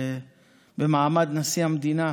במעמד נשיא המדינה.